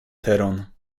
teron